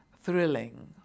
thrilling